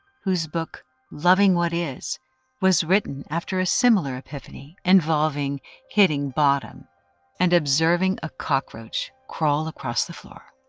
whose book loving what is was written after a similar epiphany, involving hitting bottom and observing a cockroach crawl across the floor.